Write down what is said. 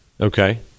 Okay